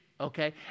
okay